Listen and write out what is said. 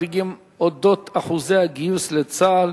4280 ו-4286: נתונים מדאיגים על אחוזי הגיוס לצה"ל.